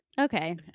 Okay